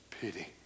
pity